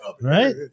Right